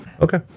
Okay